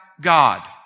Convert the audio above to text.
God